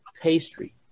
pastry